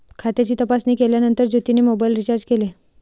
खात्याची तपासणी केल्यानंतर ज्योतीने मोबाइल रीचार्ज केले